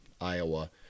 Iowa